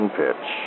pitch